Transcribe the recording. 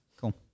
Cool